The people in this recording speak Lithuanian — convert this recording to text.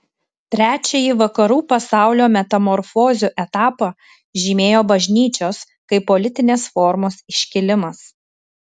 trečiąjį vakarų pasaulio metamorfozių etapą žymėjo bažnyčios kaip politinės formos iškilimas